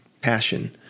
passion